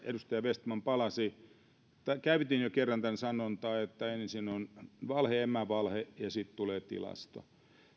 edustaja vestman kerran palasi tähän aiheeseen käytin jo kerran tämän sanonnan että ensin on valhe emävalhe ja sitten tulee tilasto